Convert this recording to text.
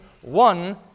one